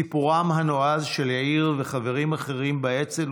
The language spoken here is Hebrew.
סיפוריהם הנועזים של יאיר וחברים אחרים באצ"ל